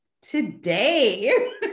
today